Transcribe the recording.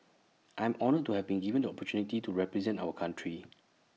I am honoured to have been given the opportunity to represent our country